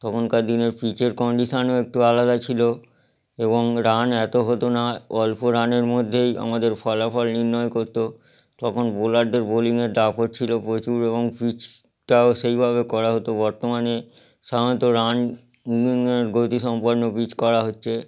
তখনকার দিনের পিচের কন্ডিশনও একটু আলাদা ছিল এবং রান এত হতো না অল্প রানের মধ্যেই আমাদের ফলাফল নির্ণয় করত তখন বোলারদের বোলিংয়ের দাপট ছিল প্রচুর এবং পিচটাও সেইভাবে করা হতো বর্তমানে সাধারণত রানিংয়ের গতিসম্পন্ন পিচ করা হচ্ছে